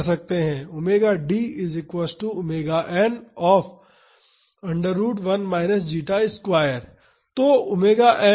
तो ⍵n ⍵D से कैसे अलग है